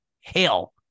hell